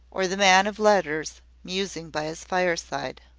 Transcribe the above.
or the man of letters musing by his fireside.